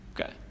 Okay